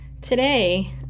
today